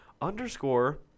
underscore